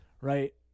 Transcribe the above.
right